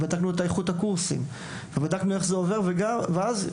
את איכות הקורסים ואת האופן שבו זה עובר הוצאנו